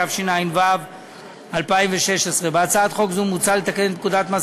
התשע"ו 2016. בהצעת חוק זו מוצע לתקן את פקודת מס